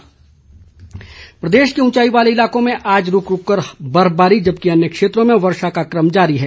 मौसम प्रदेश के ऊंचाई वाले इलाकों में आज रूक रूक कर बर्फबारी जबकि अन्य क्षेत्रों में वर्षा का कम जारी है